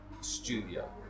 studio